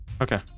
Okay